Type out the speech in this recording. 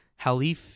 Halif